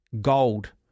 gold